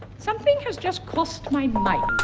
something has just crossed my mind.